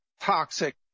toxic